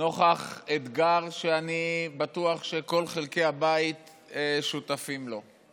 נוכח אתגר שאני בטוח שכל חלקי הבית שותפים לו: